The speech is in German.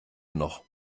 noch